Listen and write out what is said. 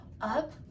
Up